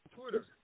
Twitter